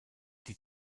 die